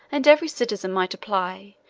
and every citizen might apply,